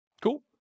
Cool